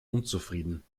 unzufrieden